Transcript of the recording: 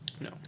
No